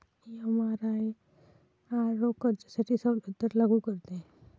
एमआरआयआर रोख कर्जासाठी सवलत दर लागू करते